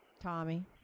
Tommy